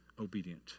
obedient